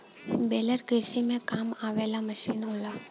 baler कृषि में काम आवे वाला मसीन होला